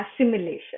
assimilation